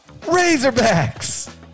Razorbacks